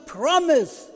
promise